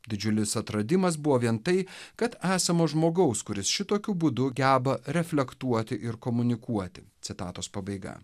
didžiulis atradimas buvo vien tai kad esama žmogaus kuris šitokiu būdu geba reflektuoti ir komunikuoti citatos pabaiga